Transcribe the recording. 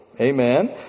Amen